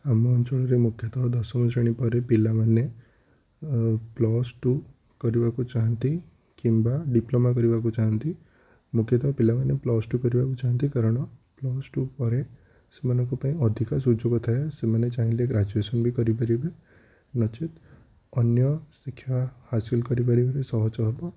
ଆମ ଅଞ୍ଚଳରେ ମୁଖ୍ୟତଃ ଦଶମ ଶ୍ରେଣୀ ପରେ ପିଲାମାନେ ପ୍ଲସ୍ ଟୁ କରିବାକୁ ଚାହାଁନ୍ତି କିମ୍ବା ଡିପ୍ଲୋମା କରିବାକୁ ଚାହାଁନ୍ତି ମୁଖ୍ୟତଃ ପିଲାମାନେ ପ୍ଲସ୍ ଟୁ କରିବାକୁ ଚାହାଁନ୍ତି କାରଣ ପ୍ଲସ୍ ଟୁ ପରେ ସେମାନଙ୍କ ପାଇଁ ଅଧିକ ସୁଯୋଗ ଥାଏ ସେମାନେ ଚାହିଁଲେ ଗ୍ରାଜୁଏସନ୍ ବି କରିପାରିବେ ନଚେତ ଅନ୍ୟ ଶିକ୍ଷା ହାସିଲ କରିବାରେ ସାହାଯ୍ୟ ହେବ